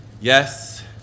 Yes